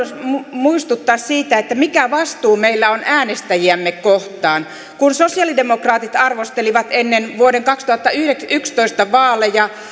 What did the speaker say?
muistuttaa siitä mikä vastuu meillä on äänestäjiämme kohtaan kun sosialidemokraatit arvostelivat ennen vuoden kaksituhattayksitoista vaaleja